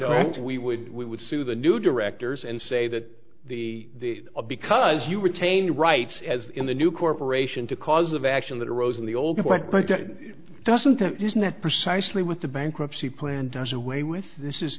and we would we would sue the new directors and say that the because you retain rights as in the new corporation to cause of action that arose in the old west but that doesn't that isn't that precisely what the bankruptcy plan does away with this is